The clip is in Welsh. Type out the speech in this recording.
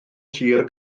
sir